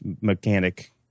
mechanic